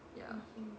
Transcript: ya